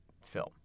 film